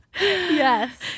Yes